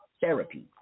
therapy